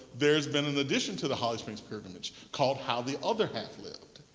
there's been an addition to the holly springs pilgrimage called how the other half lived,